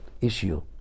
issue